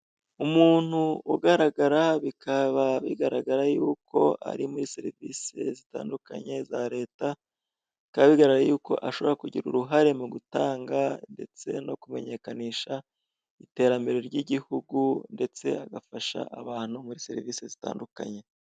Umuntu ugaragara, bikaba bigaragara yuko ari muri serivise zitandukanye za leta, bikaba bigaragara yuko ashobora kugira uruhare mu gutanga ndetse no kumenyekanisha iterambere ry'igihugu, ndetse agafasha abantu muri serivise zitandukanye.